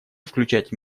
включать